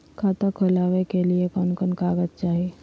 खाता खोलाबे के लिए कौन कौन कागज चाही?